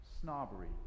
snobbery